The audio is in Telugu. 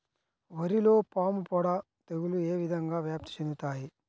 వరిలో పాముపొడ తెగులు ఏ విధంగా వ్యాప్తి చెందుతాయి?